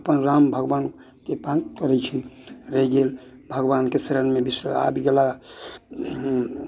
अपन राम भगवानके करै छी रहि गेल भगवानके शरणमे बिश्व आबि गेला